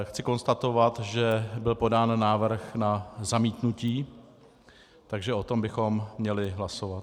Chci konstatovat, že byl podán návrh na zamítnutí, takže o tom bychom měli hlasovat.